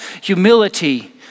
humility